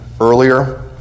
earlier